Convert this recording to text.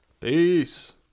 peace